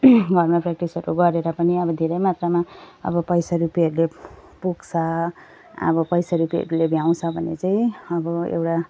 घरमा प्य्राक्टिसहरू गरेर पनि अब धेरै मात्रमा अब पैसा रुपियाँहरूले पुग्छ अब पैसा रुपियाँले भ्याउँछ भने चाहिँ अब एउटा